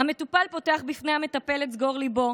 "המטופל פותח בפני המטפל את סגור ליבו,